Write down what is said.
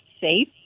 safe